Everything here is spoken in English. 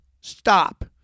Stop